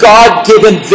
God-given